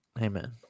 Amen